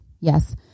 Yes